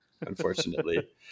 Unfortunately